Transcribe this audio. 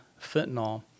fentanyl